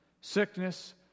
sickness